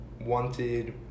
wanted